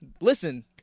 listen